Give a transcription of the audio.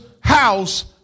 house